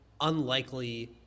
unlikely